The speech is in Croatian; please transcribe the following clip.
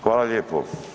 Hvala lijepo.